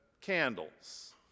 candles